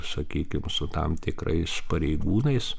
sakykim su tam tikrais pareigūnais